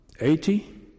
Eighty